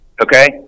okay